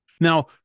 Now